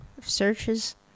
Searches